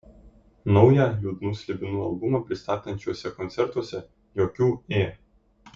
naują liūdnų slibinų albumą pristatančiuose koncertuose jokių ė